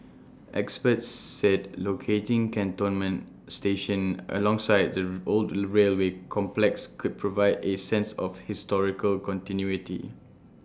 experts said locating Cantonment station alongside the old railway complex could provide A sense of historical continuity